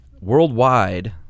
Worldwide